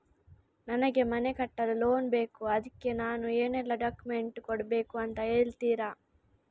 ನನಗೆ ಮನೆ ಕಟ್ಟಲು ಲೋನ್ ಬೇಕು ಅದ್ಕೆ ನಾನು ಏನೆಲ್ಲ ಡಾಕ್ಯುಮೆಂಟ್ ಕೊಡ್ಬೇಕು ಅಂತ ಹೇಳ್ತೀರಾ?